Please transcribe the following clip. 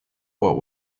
what